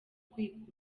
kwikunda